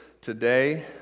Today